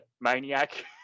Maniac